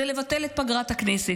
וזה לבטל את פגרת הכנסת,